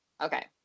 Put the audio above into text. Okay